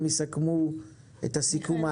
הם יסכמו ערכית.